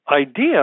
idea